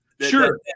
Sure